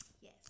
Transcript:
Yes